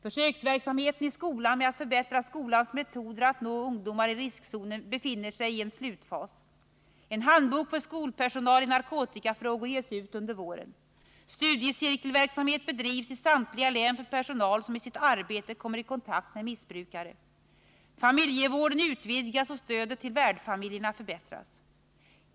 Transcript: Försöksverksamheten i skolan med att förbättra skolans metoder att nå ungdomar i riskzonen befinner sig i en slutfas. En handbok för skolpersonal i narkotikafrågor ges ut under våren. Studiecirkelverksamhet bedrivs i samtliga län för personal som i sitt arbete kommer i kontakt med missbrukare. Familjevården utvidgas, och stödet till värdfamiljerna förbättras.